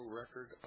record